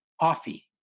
coffee